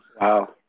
Wow